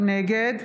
נגד